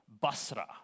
Basra